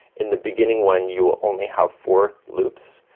in the beginning one you will only have four loops.